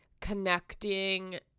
connecting